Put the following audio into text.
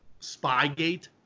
Spygate